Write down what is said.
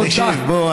תודה.